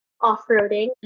off-roading